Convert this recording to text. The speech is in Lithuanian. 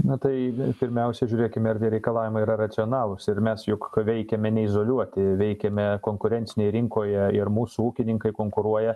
na tai pirmiausia žiūrėkime ar tie reikalavimai yra racionalūs ir mes juk veikiame neizoliuoti veikiame konkurencinėj rinkoje ir mūsų ūkininkai konkuruoja